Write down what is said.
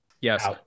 Yes